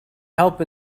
help